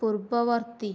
ପୂର୍ବବର୍ତ୍ତୀ